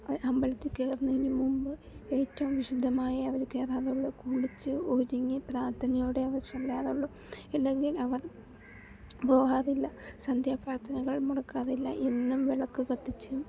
അവർ അമ്പലത്തിൽ കയറുന്നതിനു മുൻപ് ഏറ്റവും വിശുദ്ധമായേ അവർ കയറാറുളളൂ കുളിച്ച് ഒരുങ്ങി പ്രാർത്ഥനയോടെ അവർ ചെല്ലാറുളളൂ ഇല്ലെങ്കിൽ അവർ പോകാറില്ല സന്ധ്യ പ്രാർത്ഥനകൾ മുടക്കാറില്ല എന്നും വിളക്ക് കത്തിച്ചും